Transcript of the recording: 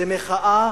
זו מחאה